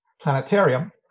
planetarium